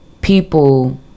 people